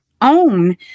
own